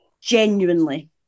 genuinely